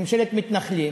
ממשלת מתנחלים.